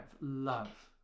love